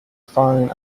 phone